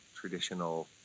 traditional